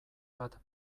bat